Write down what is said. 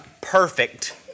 perfect